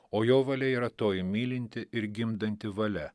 o jo valia yra toji mylinti ir gimdanti valia